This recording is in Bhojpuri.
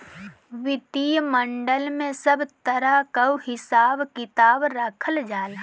वित्तीय मॉडल में सब तरह कअ हिसाब किताब रखल जाला